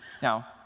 Now